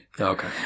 Okay